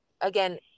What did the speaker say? again